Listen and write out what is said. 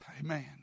Amen